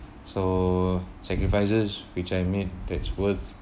so sacrifices which I mean that's worth